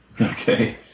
Okay